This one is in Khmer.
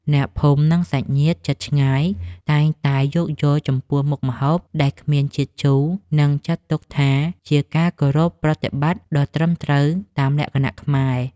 អ្នកភូមិនិងសាច់ញាតិជិតឆ្ងាយតែងតែយោគយល់ចំពោះមុខម្ហូបដែលគ្មានជាតិជូរ និង ចាត់ទុកថាជាការគោរពប្រតិបត្តិដ៏ត្រឹមត្រូវតាមលក្ខណៈខ្មែរ។